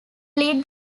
lead